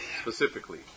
specifically